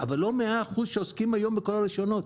אבל לא 100% שעוסקים היום בכל הרישיונות.